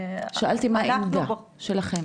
מהמשרד לשוויון חברתי,